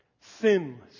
Sinless